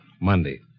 Monday